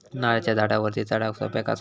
नारळाच्या झाडावरती चडाक सोप्या कसा?